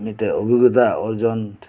ᱢᱤᱫᱴᱮᱱ ᱚᱵᱷᱤᱜᱽᱜᱚᱛᱟ ᱚᱨᱡᱚᱱ